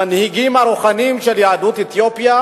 המנהיגים הרוחניים של יהדות אתיופיה,